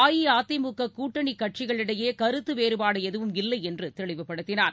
அஇஅதிமுக கூட்டணி கட்சிகளிடையே கருத்து வேறுபாடு எதுவும் இல்லை என்று தெளிவுபடுத்தினார்